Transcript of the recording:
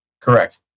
Correct